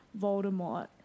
voldemort